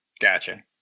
Gotcha